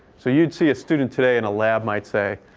so you'd see a student today in a lab might say,